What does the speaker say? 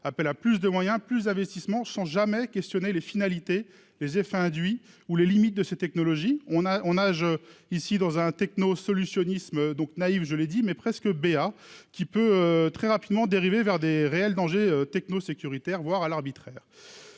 appelle à plus de moyens plus investissements sans jamais questionner les finalités, les effets induits ou les limites de technologie on a on a j'ici dans un techno solutionner isme donc naïve, je l'ai dit, mais presque béat qui peut très rapidement dériver vers des réels dangers techno sécuritaire, voire à l'arbitraire,